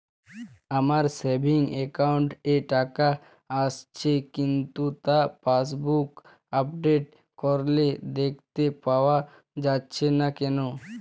আমার savings account এ টাকা আসছে কিন্তু তা পাসবুক আপডেট করলে দেখতে পাওয়া যাচ্ছে না কেন?